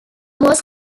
was